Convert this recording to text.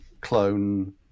clone